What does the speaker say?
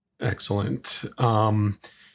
Excellent